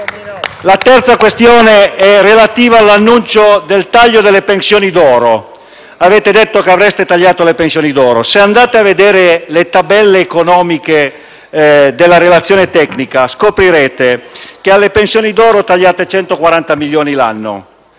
La terza questione è relativa all'annuncio del taglio delle pensioni d'oro. Avete detto che avreste tagliato le pensioni d'oro. Leggendo però le tabelle economiche della relazione tecnica, si scopre che alle pensioni d'oro tagliate 140 milioni l'anno,